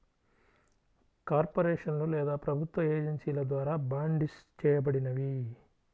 కార్పొరేషన్లు లేదా ప్రభుత్వ ఏజెన్సీల ద్వారా బాండ్సిస్ చేయబడినవి